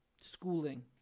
schooling